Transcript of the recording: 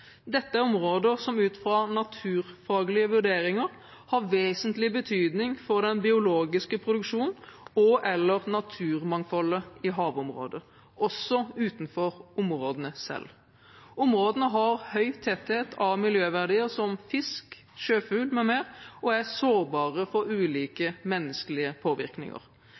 Dette er områder som ut fra naturfaglige vurderinger har vesentlig betydning for den biologiske produksjonen og/eller naturmangfoldet i havområder, også utenfor områdene selv. Områdene har høy tetthet av miljøverdier som fisk, sjøfugl m.m. og er sårbare for ulike menneskelige påvirkninger.